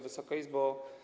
Wysoka Izbo!